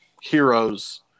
heroes